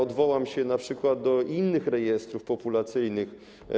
Odwołam się do przykładu innych rejestrów populacyjnych.